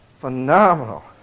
Phenomenal